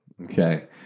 Okay